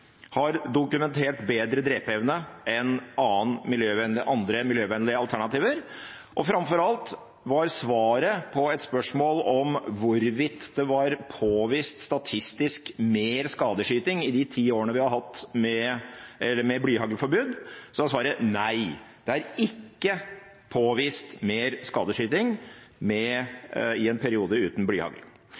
har dokumentert bedre drepeevne enn andre, miljøvennlige alternativer. Og framfor alt: På et spørsmål om hvorvidt det var påvist statistisk mer skadeskyting i de ti årene vi har hatt med blyhaglforbud, var svaret nei. Det er ikke påvist mer skadeskyting i en periode uten